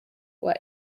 were